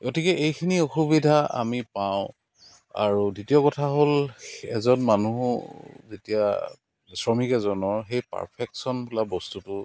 গতিকে এইখিনি অসুবিধা আমি পাওঁ আৰু দ্বিতীয় কথা হ'ল এজন মানুহো যেতিয়া শ্ৰমিক এজনৰ সেই পাৰফেকশ্যন বোলা বস্তুটো